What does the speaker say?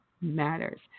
matters